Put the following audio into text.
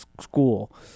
school